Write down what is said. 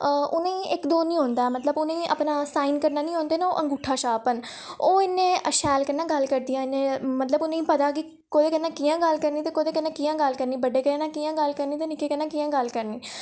उ'नें ई इक दो निं औंदा मतलब कि उ'नें ई अपने साईन करने निं औंदे ओह् अंगूठा छाप न ओह् इन्ने शैल कन्नै गल्ल करदियां मतलब कि उ'नें ई पता ऐ कि कोह्दे कन्नै कि'यां गल्ल करनी कोह्दे कन्नै कि'यां गल्ल करनी बड्डे कन्नै कि'यां गल्ल करनी ते निक्के कन्नै कि'यां गल्ल करनी